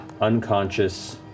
unconscious